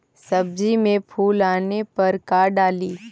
सब्जी मे फूल आने पर का डाली?